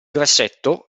grassetto